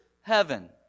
heaven